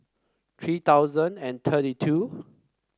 three thousand and thirty two